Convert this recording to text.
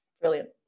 Brilliant